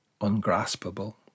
ungraspable